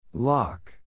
Lock